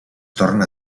torna